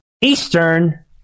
Eastern